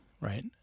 Right